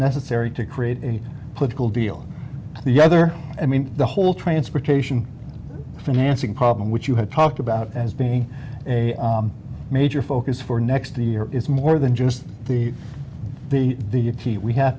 necessary to create a political deal the other i mean the whole transportation financing problem which you had talked about as being a major focus for next year is more than just the the